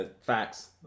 Facts